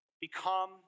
become